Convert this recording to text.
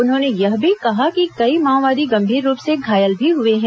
उन्होंने यह भी कहा कि कई माओवादी गंभीर रूप से घायल भी हुए हैं